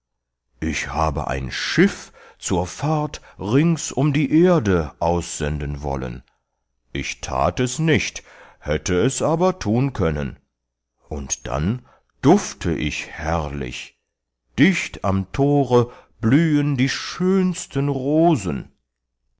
ich habe ein schiff zur fahrt rings um die erde aussenden wollen ich that es nicht hätte es aber thun können und dann dufte ich herrlich dicht am thore blühen die schönsten rosen